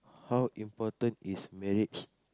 how important is marriage